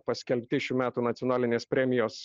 paskelbti šių metų nacionalinės premijos